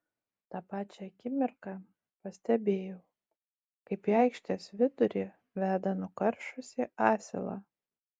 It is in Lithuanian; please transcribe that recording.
tą pačią akimirką pastebėjau kaip į aikštės vidurį veda nukaršusį asilą